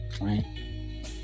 right